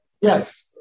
Yes